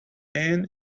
pen